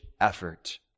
effort